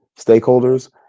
stakeholders